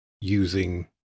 using